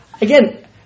Again